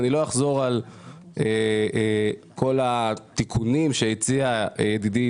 אני לא אחזור על כל התיקונים שהציע ידידי,